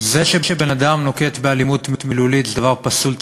זה שבן-אדם נוקט אלימות מילולית זה דבר פסול,